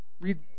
Read